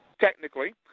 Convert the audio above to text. technically